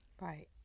Right